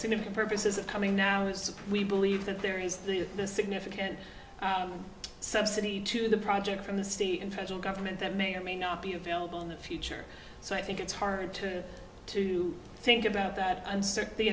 significant purposes of coming now is we believe that there is the significant subsidy to the project from the state and federal government that may or may not be available in the future so i think it's hard to to think about that